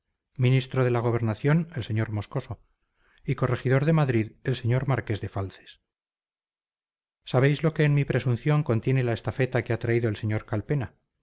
ministro de la gobernación el sr moscoso y corregidor de madrid el señor marqués de falces sabéis lo que en mi presunción contiene la estafeta que ha traído el sr calpena